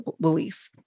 beliefs